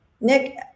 Nick